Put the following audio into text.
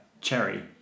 Cherry